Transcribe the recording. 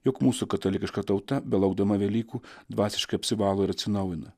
jog mūsų katalikiška tauta belaukdama velykų dvasiškai apsivalo ir atsinaujina